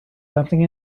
something